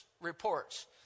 reports